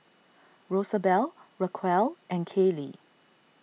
Rosabelle Raquel and Caylee